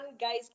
guys